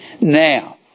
Now